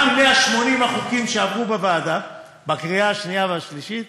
אחד מ-180 החוקים שעברו בוועדה בקריאה שנייה ושלישית